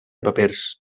papers